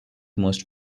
most